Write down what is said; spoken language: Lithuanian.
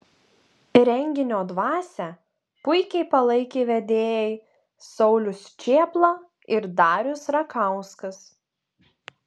renginio dvasią puikiai palaikė vedėjai saulius čėpla ir darius rakauskas